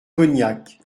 cognac